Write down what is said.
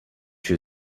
you